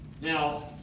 Now